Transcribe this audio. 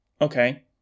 okay